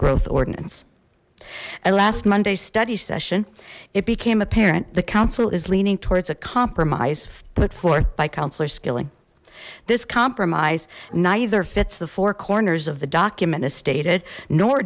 growth ordinance a last monday study session it became apparent the council is leaning towards a compromise put forth by councillor skilling this compromise neither fits the four corners of the document as stated nor